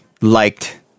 liked